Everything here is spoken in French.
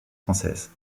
française